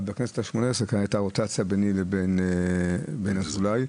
אבל בכנסת ה-18 הייתה רוטציה ביני לבין אזולאי.